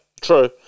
True